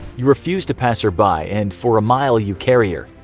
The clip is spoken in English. you refuse to pass her by, and for a mile you carry her,